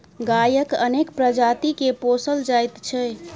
गायक अनेक प्रजाति के पोसल जाइत छै